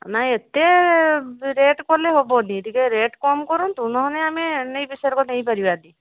ନାଇ ଏତେ ରେଟ୍ କଲେ ହେବନି ଟିକିଏ ରେଟ୍ କମ କରନ୍ତୁ ନହେଲେ ଆମେ ନେଇ ପାରିବାନି